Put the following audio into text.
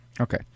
Okay